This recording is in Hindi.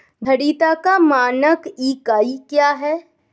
धारिता का मानक इकाई क्या है?